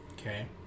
okay